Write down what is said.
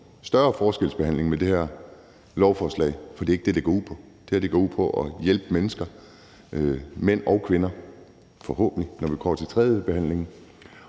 større forskelsbehandling med det her lovforslag, for det er ikke det, det går ud på. Det her går ud på at hjælpe mennesker, mænd og kvinder – forhåbentlig, når vi kommer til tredjebehandlingen